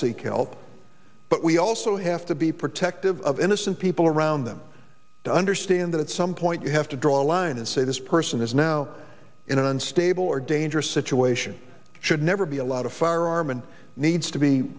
seek help but we also have to be protective of innocent people around them to understand that at some point you have to draw a line and say this person is now in an unstable or dangerous situation should never be allowed a firearm and needs to be